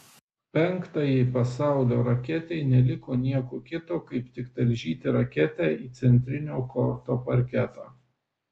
penktajai pasaulio raketei neliko nieko kito kaip tik talžyti raketę į centrinio korto parketą